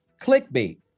clickbait